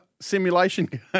simulation